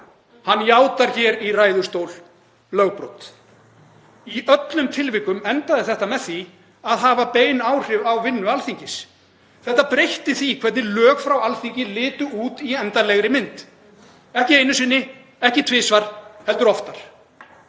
Hann játar hér í ræðustól lögbrot. Í öllum tilvikum endaði þetta með því að hafa bein áhrif á vinnu Alþingis. Þetta breytti því hvernig lög frá Alþingi litu út í endanlegri mynd, ekki einu sinni, ekki tvisvar heldur oftar.